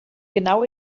genau